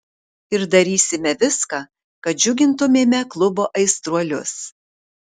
ir darysime viską kad džiugintumėme klubo aistruolius